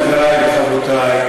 חברי וחברותי,